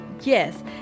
Yes